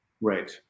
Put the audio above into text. right